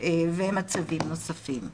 ומצבים נוספים.